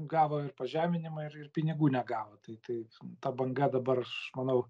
gavo ir pažeminimą ir ir pinigų negavo tai taip ta banga dabar manau